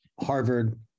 Harvard